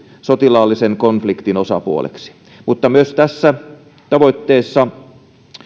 sotilaallisen konf liktin osapuoleksi mutta myös tässä tavoitteessa